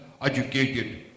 educated